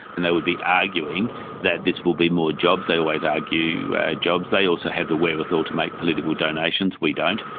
and they would be arguing that this will be more jobs, they always argue more jobs. they also have the wherewithal to make political donations, we don't,